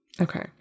okay